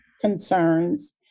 concerns